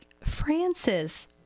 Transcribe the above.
Francis